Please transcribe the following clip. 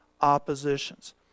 oppositions